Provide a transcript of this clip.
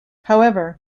however